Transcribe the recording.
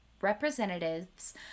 Representatives